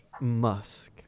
musk